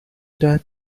that